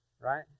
right